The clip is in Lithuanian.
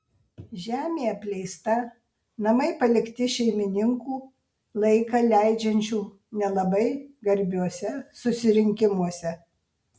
žemė apleista namai palikti šeimininkų laiką leidžiančių nelabai garbiuose susirinkimuose